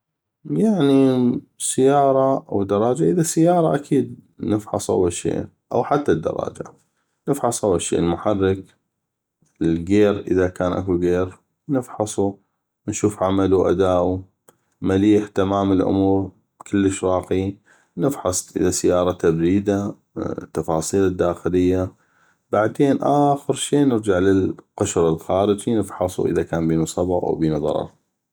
يعني سياره أو دراجه اذا سياره اكيد نفحص أول شي أو حته الدراجة نفحص أول شي المحرك والكير اذا كان اكو كير نفحصو نشوف عملو اداءو مليح تمام الامور كلش راقي نفحص اذا سياره تبريده تفاصيله الداخليه بعدين اخر شي نرجع للصبغ الخارجي نفحصو اذا كان بينو ضرر أو كان بينو صبغ